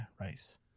rice